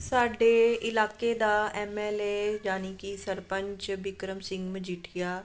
ਸਾਡੇ ਇਲਾਕੇ ਦਾ ਐੱਮ ਐੱਲ ਏ ਯਾਨੀ ਕਿ ਸਰਪੰਚ ਬਿਕਰਮ ਸਿੰਘ ਮਜੀਠੀਆ